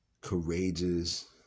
courageous